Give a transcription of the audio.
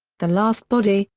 the last body,